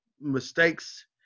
mistakes